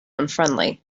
unfriendly